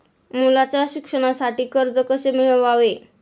मुलाच्या शिक्षणासाठी कर्ज कसे मिळवावे?